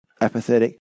apathetic